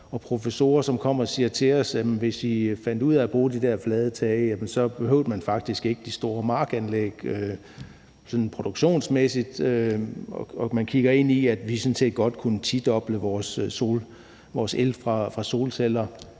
og professorer, der siger til os, at hvis vi finder ud af at bruge de flade tage, behøver vi faktisk ikke de store markanlæg produktionsmæssigt, og når vi kigger ind i, at vi sådan set godt kunne tidoble mængden af el fra solceller,